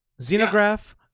Xenograph